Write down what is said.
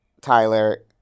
Tyler